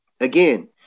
Again